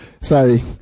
Sorry